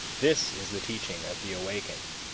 this is the teaching of the awakened.